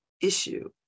issue